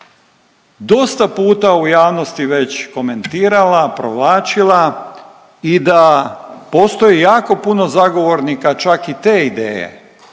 dosta puta u javnosti već komentirala, provlačila i da postoji jako puno zagovornika čak i te ideje.